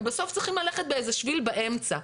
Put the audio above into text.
בסוף צריכים ללכת באיזה שביל באמצע.